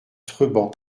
treban